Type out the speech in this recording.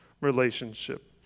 relationship